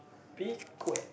be quick